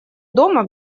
дома